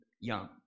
young